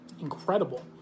incredible